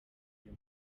kuri